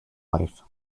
life